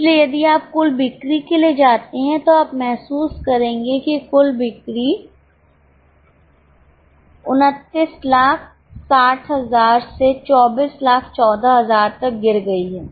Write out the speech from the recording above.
इसलिए यदि आप कुल बिक्री के लिए जाते हैं तो आप महसूस करेंगे कि कुल बिक्री २९ ६०००० से २४१४००० तक गिर गई है